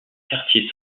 quartier